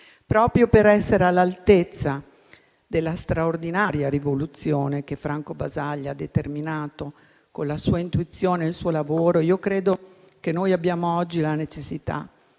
Proprio per essere all'altezza della straordinaria rivoluzione che Franco Basaglia ha determinato con la sua intuizione e il suo lavoro, credo che oggi vi sia la necessità